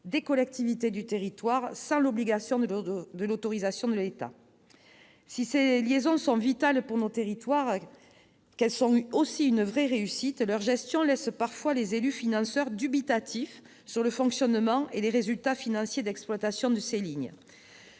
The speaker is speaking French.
aux collectivités du territoire, sans autorisation obligatoire préalable de l'État. Si ces liaisons sont vitales pour nos territoires et qu'elles sont aussi une vraie réussite, leur gestion laisse parfois les élus financeurs dubitatifs, tant sur le fonctionnement que sur les résultats d'exploitation de ces lignes.